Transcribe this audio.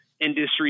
industry